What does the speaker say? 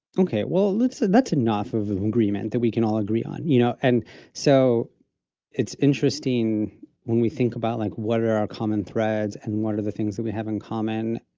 okay, well, let's that's enough of an agreement that we can all agree on, you know? and so it's interesting when we think about, like, what are our common threads? and what are the things that we have in common?